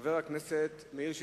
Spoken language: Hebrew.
חבר הכנסת מאיר שטרית,